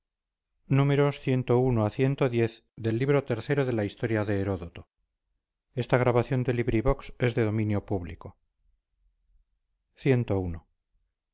prendado de la discreción de